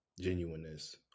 genuineness